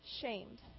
Shamed